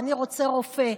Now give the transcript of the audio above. "אני רוצה רופא",